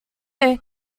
bunny